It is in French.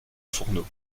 fourneau